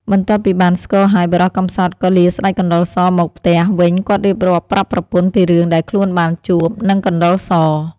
បន្ទាប់ពីបានស្គរហើយ បុរសកំសត់ក៏លាស្ដេចកណ្តុរសមកផ្ទះ វិញគាត់រៀបរាប់ប្រាប់ប្រពន្ធពីរឿងដែលខ្លួនបានជួប នឹងកណ្តុរស ។